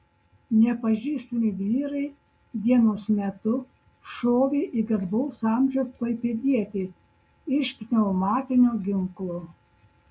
nepažįstami vyrai dienos metu šovė į garbaus amžiaus klaipėdietį iš pneumatinio ginklo